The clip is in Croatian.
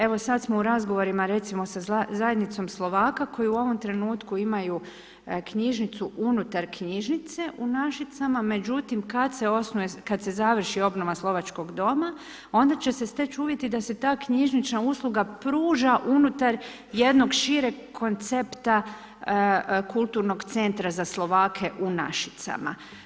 Evo sam smo u razgovorima recimo sa Zajednicom Slovaka koji u ovom trenutku imaju knjižnicu unutar knjižnice u Našicama, međutim, kad se osnuje, kad se završi obnova slovačkog doma, onda će se steći uvjeti da se ta knjižnična usluga pruža unutar jednog šireg koncepta Kulturnog centra za Slovake u Našicama.